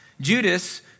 Judas